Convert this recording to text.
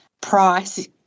price